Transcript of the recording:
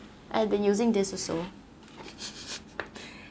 I've been using this also